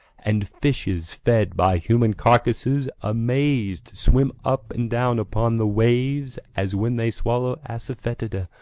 and fishes, fed by human carcasses, amaz'd, swim up and down upon the waves, as when they swallow assafoetida,